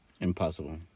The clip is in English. impossible